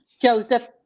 Joseph